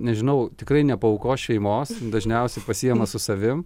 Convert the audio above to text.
nežinau tikrai nepaaukos šeimos dažniausiai pasiima su savim